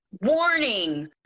warning